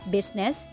Business